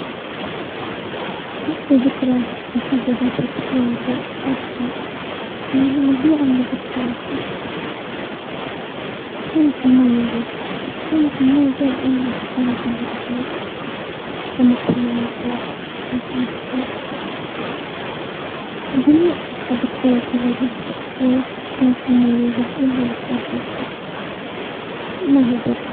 ما في ذكرى محددة في طفولتي عشتها انها مجموعة من الذكريات عشتها كانت مميزة-كانت مميزة لانها كانت مع اهلي لما كنا نطلع نتمشى جميع الذكريات مع الاهل في الطفولة كانت مميزة ولها ذكرى خاصة ما هي بوحدة.